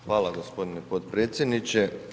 Hvala g. potpredsjedniče.